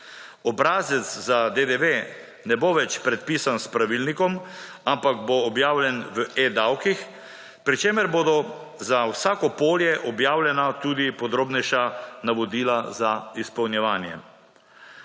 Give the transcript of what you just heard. Obrazec za DDV ne bo več predpisan s pravilnikom, ampak bo objavljen v e-davkih pri čemer bodo za vsako polje objavljena tudi podrobnejša navodila za izpolnjevanje.